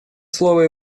слово